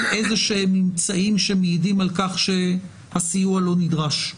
איזשהם ממצאים שמעידים על כך שהסיוע לא נדרש,